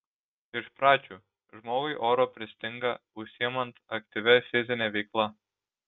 iš pradžių žmogui oro pristinga užsiimant aktyvia fizine veikla